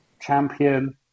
champion